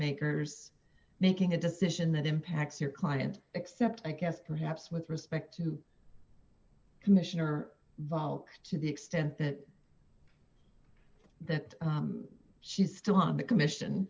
makers making a decision that impacts your client except i guess perhaps with respect to commissioner bulk to the extent that that she's still on the commission